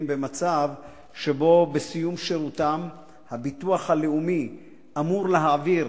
במצב שבו בסיום שירותם הביטוח הלאומי אמור להעביר